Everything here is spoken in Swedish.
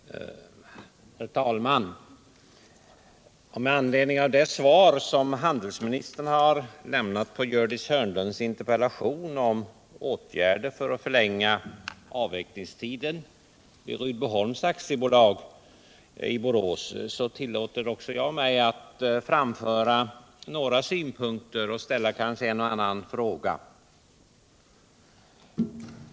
Herr talman! Med anledning av Staffan Burenstam Linders svar på Gördis Hörnlunds interpellation beträffande åtgärder för att förlänga avvecklingstiden vid Rydboholms AB i Borås, så tillåter jag mig också att framföra några synpunkter och kanske ställa en och annan fråga.